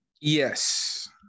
Yes